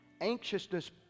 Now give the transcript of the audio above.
Anxiousness